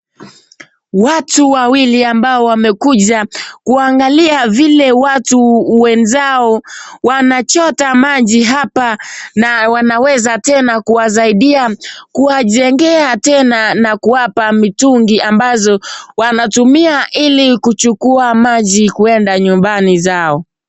Watu wawili ambao wamekuja kuangalia vile watu wenzao wanachota maji hapa na wanaweza tena kuwasaidia kuwajengea tena na kuwapa mitungi ambazo wanatumia ili kuchukua maji kuenda nyumbani zao.